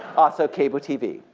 also, cable tv,